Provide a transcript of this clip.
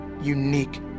unique